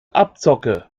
abzocke